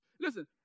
Listen